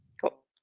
Cool